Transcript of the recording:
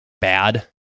bad